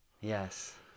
Yes